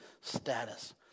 status